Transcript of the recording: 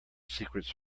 secrets